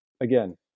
again